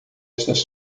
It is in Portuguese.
essas